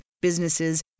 businesses